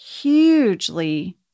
hugely